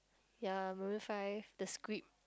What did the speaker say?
ya Maroon-Five the-Script